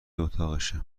اتاقشه